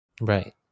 right